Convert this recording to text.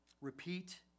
Repeat